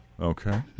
okay